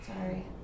Sorry